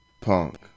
Punk